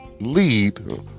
lead